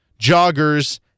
joggers